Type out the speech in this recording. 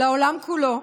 לעולם כולו,